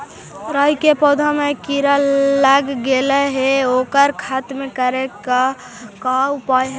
राई के पौधा में किड़ा लग गेले हे ओकर खत्म करे के का उपाय है?